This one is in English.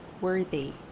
worthy